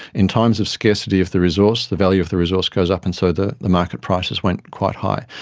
in times of scarcity of the resource, the value of the resource goes up and so the the market prices went quite high.